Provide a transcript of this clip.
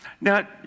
Now